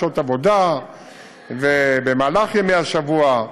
שעות עבודה במהלך ימי השבוע,